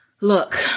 look